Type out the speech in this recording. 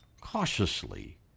cautiously